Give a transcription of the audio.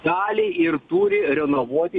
gali ir turi renovuoti